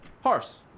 Horse